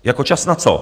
Jako čas na co?